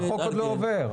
החוק עוד לא עובר.